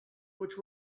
which